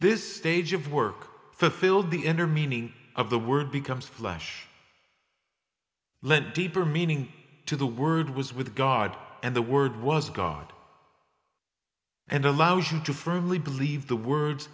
this stage of work filled the inner meaning of the word becomes flesh lent deeper meaning to the word was with god and the word was god and allows you to firmly believe the words